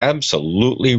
absolutely